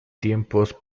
tiempos